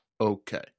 Okay